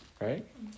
Right